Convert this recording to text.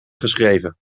geschreven